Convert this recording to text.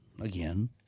again